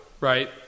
right